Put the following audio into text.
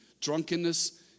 drunkenness